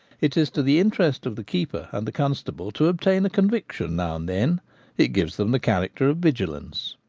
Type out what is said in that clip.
it is to the interest of the keeper and the constable to obtain a conviction now and then it gives them the character of vigilance.